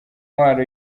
ntwaro